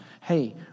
Hey